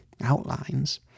outlines